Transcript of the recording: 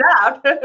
out